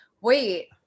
Wait